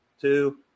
two